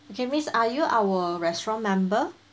okay miss are you our restaurant member